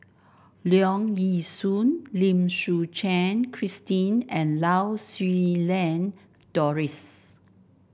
Leong Yee Soo Lim Suchen Christine and Lau Siew Lang Doris